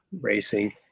racing